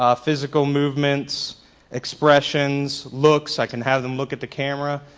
ah physical movements expressions, looks. i can have them look at the camera.